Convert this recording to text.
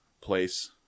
place